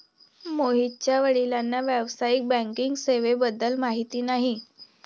मोहितच्या वडिलांना व्यावसायिक बँकिंग सेवेबद्दल माहिती नाही